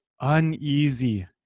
uneasy